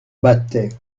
battait